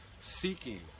seeking